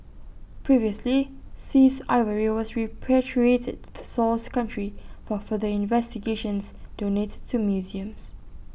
previously seized ivory was repatriated to the source country for further investigations donated to museums